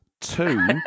Two